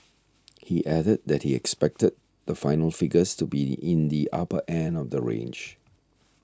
he added that he expected the final figures to be the in the upper end of that range